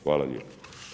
Hvala lijepo.